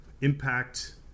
impact